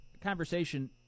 conversation